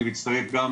אני מצטרף גם